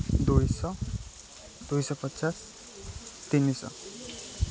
ଦୁଇଶହ ଦୁଇଶହ ପଚାଶ ତିନିଶହ